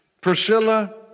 Priscilla